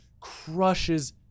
crushes